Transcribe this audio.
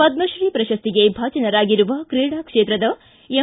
ಪದ್ಮಿತೀ ಪ್ರಶಸ್ತಿಗೆ ಭಾಜನರಾಗಿರುವ ಕ್ರೀಡಾ ಕ್ಷೇತ್ರದ ಎಂ